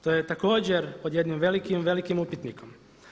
To je također pod jednim velikim, velikim upitnikom.